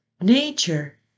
Nature